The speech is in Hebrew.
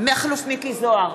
מכלוף מיקי זוהר,